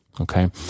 okay